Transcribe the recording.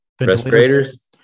respirators